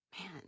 Man